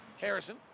Harrison